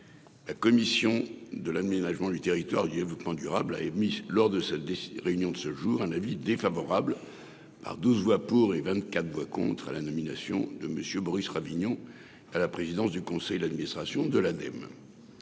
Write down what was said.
la commission de l'aménagement du territoire et du développement durable a émis, lors de sa réunion de ce jour, un avis défavorable- 12 voix pour, 24 voix contre -à la nomination de M. Boris Ravignon à la présidence du conseil d'administration de l'Agence